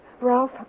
Ralph